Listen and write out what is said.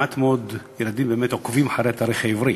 מעט מאוד ילדים באמת עוקבים אחרי התאריך העברי.